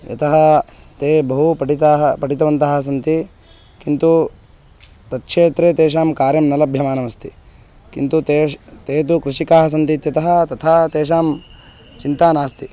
यतः ते बहु पठिताः पठितवन्तः सन्ति किन्तु तत्क्षेत्रे तेषां कार्यं न लभ्यमानमस्ति किन्तु तेषु ते तु कृषिकाः सन्ति इत्यतः तथा तेषां चिन्ता नास्ति